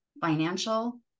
financial